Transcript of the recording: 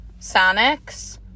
Sonics